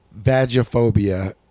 vagophobia